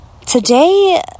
today